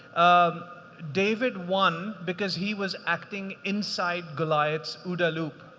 um david won because he was acting inside goliath's ooda loop.